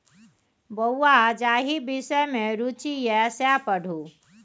बौंआ जाहि विषम मे रुचि यै सैह पढ़ु